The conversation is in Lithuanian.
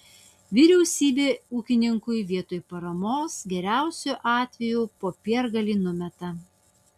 vyriausybė ūkininkui vietoj paramos geriausiu atveju popiergalį numeta